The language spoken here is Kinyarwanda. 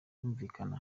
birumvikana